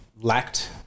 lacked